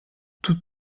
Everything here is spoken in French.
tout